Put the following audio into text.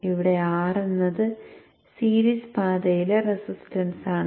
ഇവിടെ R എന്നത് series പാതയിലെ റെസിസ്റ്റൻസ് ആണ്